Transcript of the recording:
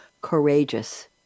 courageous